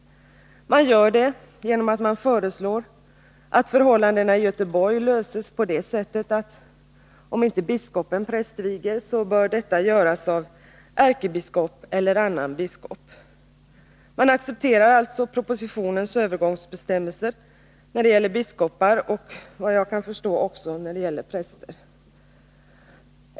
Man gör det genom att man föreslår att förhållandena i Göteborg löses så, att om inte biskopen prästviger, bör detta göras av ärkebiskop eller annan biskop. Man accepterar alltså propositionens övergångsbestämmelser när det gäller biskopar och, såvitt jag kan förstå, också när det gäller präster.